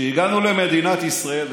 כשהגענו למדינת ישראל,